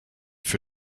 für